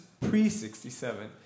pre-67